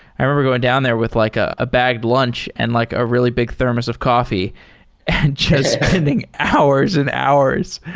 i remember going down there with like a bagged lunch and like a really big thermos of coffee and just spending hours and hours.